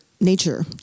nature